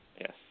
yes